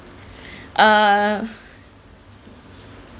uh